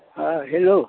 हाँ हैलो